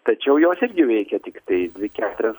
tačiau jos irgi veikia tiktai dvi keturias